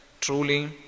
truly